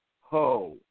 ho